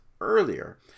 earlier